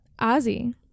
Ozzy